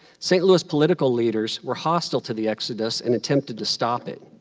st. louis political leaders were hostile to the exodus and attempted to stop it.